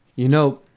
you know?